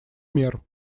мер